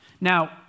Now